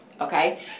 okay